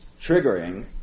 triggering